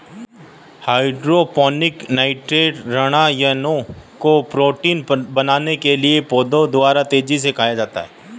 hydroponic nitrate ऋणायनों को protein बनाने के लिए पौधों द्वारा तेजी से खाया जाता है